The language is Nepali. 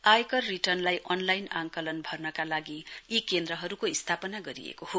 आयकर रिर्टन लाई अनलाईन आंकलन गर्नका लागि यी केन्द्रहरुको स्थापना गरिएको हो